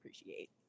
appreciate